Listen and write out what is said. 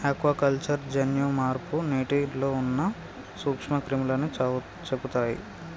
aquaculture జన్యు మార్పు నీటిలో ఉన్న నూక్ష్మ క్రిములని చెపుతయ్